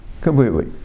completely